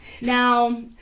Now